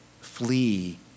flee